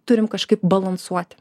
turime kažkaip balansuoti